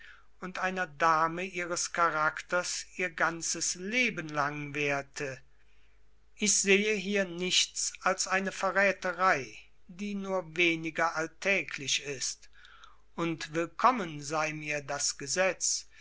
und einer dame ihres charakters ihr ganzes leben lang währte ich sehe hier nichts als eine verräterei die nur weniger alltäglich ist und willkommen sei mir das gesetz